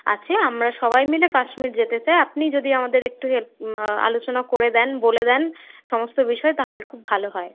আছে আমরা সবাই মিলে কাশ্মীর যেতে চাই আপনি যদি আমাদের একটু হেল্প আলোচনা করে দেন বলে দেন সমস্ত বিষয় তাহলে খুব ভালো হয়